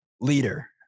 leader